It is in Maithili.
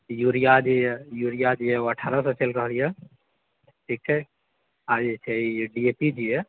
यूरिया जे यऽ यूरिया जे यऽ ओ अठ्ठारह सौ चलि रहल यऽ ठीक छै आ जे छै ई डी ए पी जे यऽ